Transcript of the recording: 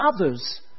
others